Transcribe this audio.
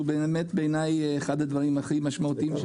שהוא בעיני אחד הדברים הכי משמעותיים,